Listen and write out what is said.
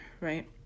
right